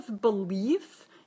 belief